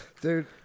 Dude